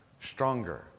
stronger